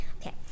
Okay